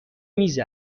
میز